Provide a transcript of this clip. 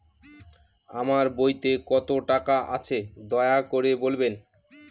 আমার বইতে কত টাকা আছে দয়া করে বলবেন?